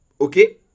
Okay